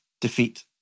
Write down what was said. defeat